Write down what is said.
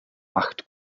acht